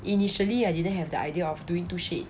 initially I didn't have the idea of doing two shades